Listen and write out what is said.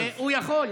הוא לא יכול.